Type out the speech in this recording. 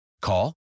Call